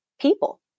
people